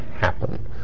happen